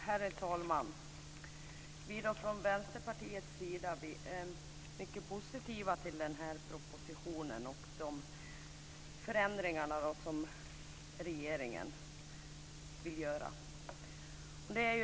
Herr talman! Vi är från Vänsterpartiets sida mycket positiva till propositionen och de förändringar som regeringen vill göra.